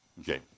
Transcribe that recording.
Okay